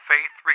Faith